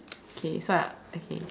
okay so I okay